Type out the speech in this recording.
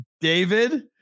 David